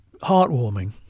heartwarming